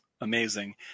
amazing